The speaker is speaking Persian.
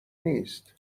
نیست